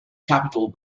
capital